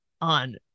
on